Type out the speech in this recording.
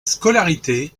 scolarité